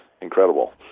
incredible